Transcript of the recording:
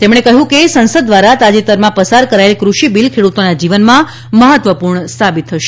તેમણે કહ્યું કે સંસદ દ્વારા તાજેતરમાં પસાર કરાયેલ કૃષિ બિલ ખેડૂતોના જીવનમાં મહત્ત્વપૂર્ણ સાબિત થશે